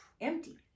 Empty